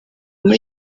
muri